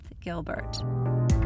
Gilbert